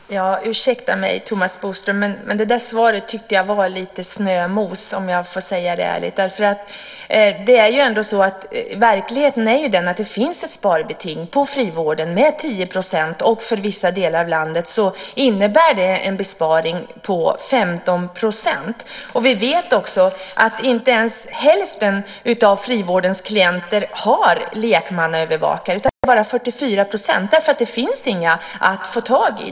Herr talman! Ursäkta mig, Thomas Bodström, men det där svaret tyckte jag var lite snömos, om jag får säga det ärligt. Verkligheten är att det finns ett sparbeting på frivården med 10 %, och för vissa delar av landet innebär det en besparing på 15 %. Vi vet också att inte ens hälften av frivårdens klienter har lekmannaövervakare utan bara 44 % därför att det inte finns några att få tag i.